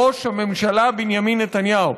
ראש הממשלה בנימין נתניהו.